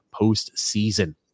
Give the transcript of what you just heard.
postseason